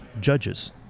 judges